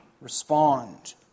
respond